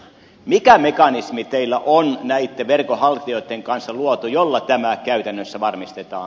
mikä mekanismi teillä on näitten verkonhaltijoitten kanssa luotu jolla tämä käytännössä varmistetaan